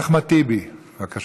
אחמד טיבי, בבקשה.